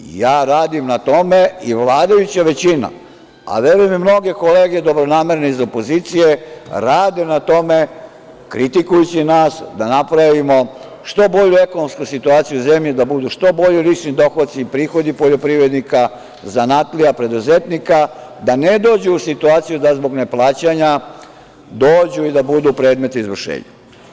Radim na tome i vladajuća većina, a verujem i mnoge dobronamerne kolege iz opozicije rade na tome, kritikujući nas, da napravimo što bolju ekonomsku situaciju u zemlji, da budu što bolji lični dohoci, prihodi poljoprivrednika, zanatlija, preduzetnika, da ne dođu u situaciju da zbog nekog neplaćanja dođu i da budu predmet izvršenja.